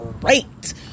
great